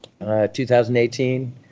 2018